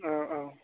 औ औ